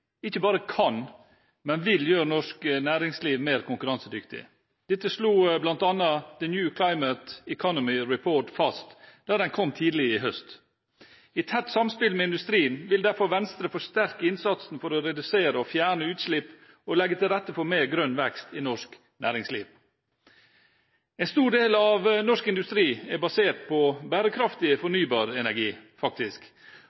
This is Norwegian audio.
ikke bare kan, men vil gjøre norsk næringsliv mer konkurransedyktig. Dette slo bl.a. The New Climate Economy Report fast da den kom tidlig i høst. I tett samspill med industrien vil Venstre derfor forsterke innsatsen for å redusere og fjerne utslipp og legge til rette for mer grønn vekst i norsk næringsliv. En stor del av norsk industri er faktisk basert på bærekraftig